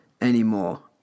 anymore